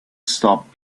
stop